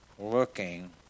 looking